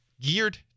geared